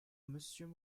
monsieur